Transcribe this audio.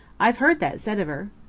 i've heard that said of her.